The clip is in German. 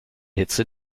hitze